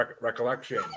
recollection